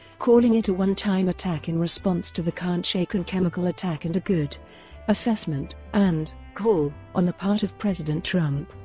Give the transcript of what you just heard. calling it a one time attack in response to the khan shaykhun chemical attack and a good assessment and call on the part of president trump.